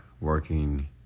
working